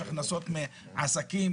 יש הכנסות מעסקים,